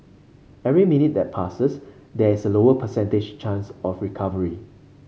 every minute that passes there is a lower percentage chance of recovery